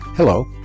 Hello